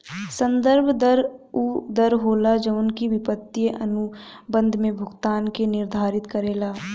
संदर्भ दर उ दर होला जवन की वित्तीय अनुबंध में भुगतान के निर्धारित करेला